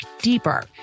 deeper